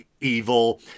evil